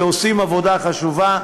שעושים עבודה חשובה,